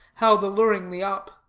held alluringly up.